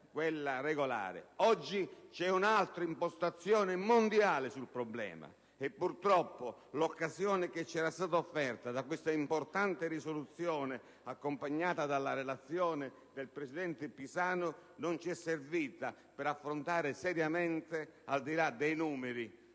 Oggi c'è un'altra impostazione mondiale sul problema e, purtroppo, l'occasione che ci era stata offerta da questa importante risoluzione, accompagnata dalla relazione del presidente Pisanu, non ci è servita per affrontare seriamente - al di là dei numeri,